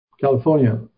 California